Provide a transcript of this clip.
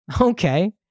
Okay